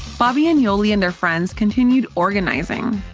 bobby and yoli and their friends continued organizing,